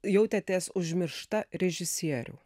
jautėtės užmiršta režisierių